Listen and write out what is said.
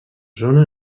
zona